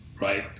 right